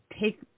take